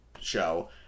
show